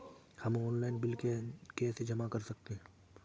हम online bill कैसे जमा कर सकते हैं?